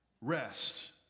rest